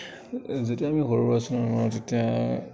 যেতিয়া আমি সৰু আছিলোঁ নহয় তেতিয়া